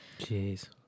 Jeez